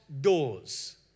doors